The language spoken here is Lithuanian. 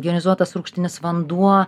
jonizuotas rūgštinis vanduo